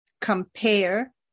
compare